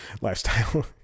lifestyle